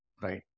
Right